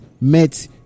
met